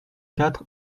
quatre